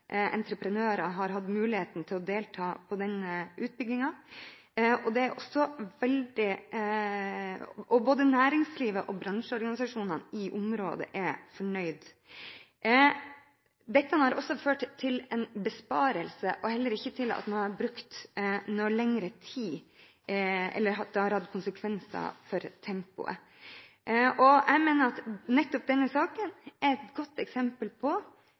entreprenører har hatt muligheten til å delta i denne utbyggingen. Både næringslivet og bransjeorganisasjonene i området er fornøyde. Dette har også ført til en besparelse, men det har ikke tatt lengre tid eller hatt konsekvenser for tempoet. Jeg mener at nettopp denne saken er et godt eksempel på